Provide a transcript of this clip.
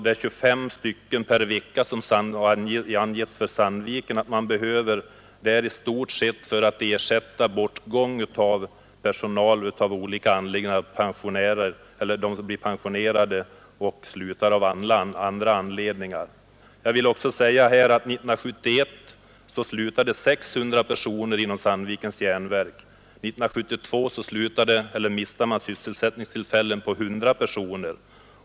De 25 man per vecka som Sandvik AB har angivit att man behöver skall i stort sett ersätta personal som på grund av pensionering eller av andra anledningar har slutat. 1971 slutade 600 personer vid järnverket i Sandviken och 1972 miste man sysselsättningstillfällen för 100 personer.